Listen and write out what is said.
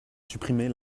supprimer